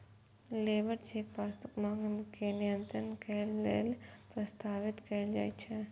labour check वस्तुक मांग के नियंत्रित करै लेल प्रस्तावित कैल जाइ छै